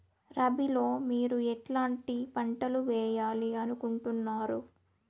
రబిలో మీరు ఎట్లాంటి పంటలు వేయాలి అనుకుంటున్నారు?